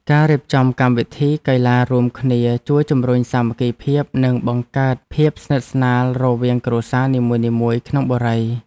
ការរៀបចំកម្មវិធីកីឡារួមគ្នាជួយជម្រុញសាមគ្គីភាពនិងបង្កើតភាពស្និទ្ធស្នាលរវាងគ្រួសារនីមួយៗក្នុងបុរី។